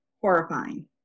horrifying